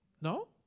No